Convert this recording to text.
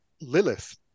Lilith